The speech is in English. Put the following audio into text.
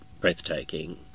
breathtaking